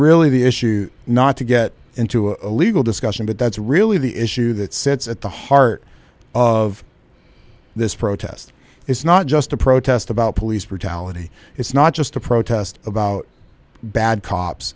really the issue not to get into a legal discussion but that's really the issue that sits at the heart of this protest it's not just a protest about police brutality it's not just a protest about bad cops